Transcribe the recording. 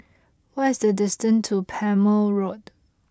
what is the distance to Palmer Road